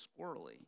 squirrely